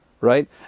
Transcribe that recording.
right